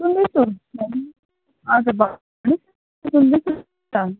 सुन्दैछु हजुर भन्नुहोस् सुन्दैछु त